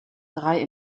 drei